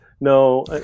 no